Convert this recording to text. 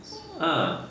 ah